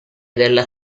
della